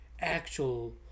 actual